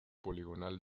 poligonal